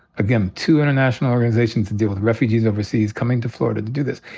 again, two international organizations that deal with refugees overseas, coming to florida to do this.